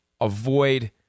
avoid